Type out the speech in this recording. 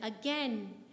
again